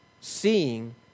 Seeing